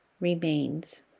remains